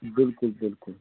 بِلکُل بِلکُل